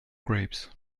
grapes